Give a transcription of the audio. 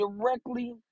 directly